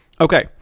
Okay